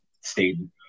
stayed